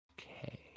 Okay